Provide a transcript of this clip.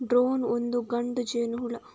drone ಒಂದು ಗಂಡು ಜೇನುಹುಳು